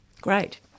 Great